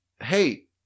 Hey